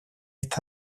esta